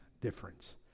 difference